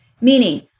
meaning